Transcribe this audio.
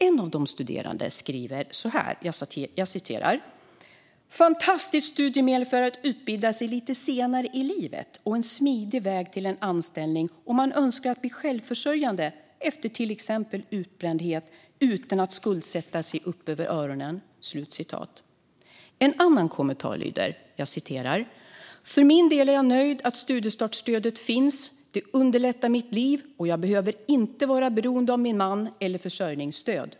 En av de studerande skriver så här: "Fantastiskt studiemedel för att utbilda sig lite senare i livet och en smidig väg till en anställning om man önskar att bli självförsörjande efter t.ex. en utbrändhet utan att skuldsätta sig upp över öronen." En annan kommentar lyder: "För min del är jag nöjd att studiestartstödet finns. Det underlättar mitt liv och jag behöver inte vara beroende av min man el försörjningsstöd."